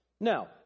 Now